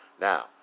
Now